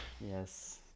Yes